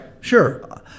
sure